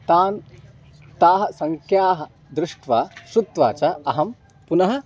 तान् ताः सङ्ख्याः दृष्ट्वा श्रुत्वा च अहं पुनः